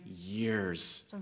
years